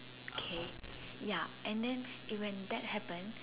okay ya and then when that happens